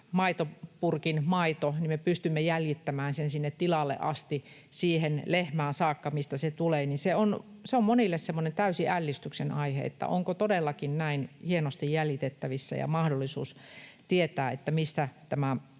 maitopurkin maidon me pystymme jäljittämään tilalle asti siihen lehmään saakka, mistä se tulee, se on monille semmoinen täysin ällistyksen aihe, että onko todellakin näin hienosti jäljitettävissä ja mahdollista tietää, mistä tämä